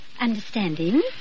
Understanding